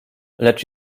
lecz